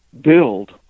build